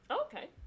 Okay